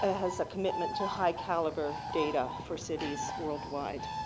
ah has a commitment to high caliber data for cities worldwide.